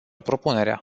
propunerea